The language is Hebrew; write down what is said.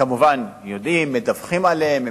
כמובן יודעים, מדווחים עליהן.